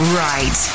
right